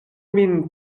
min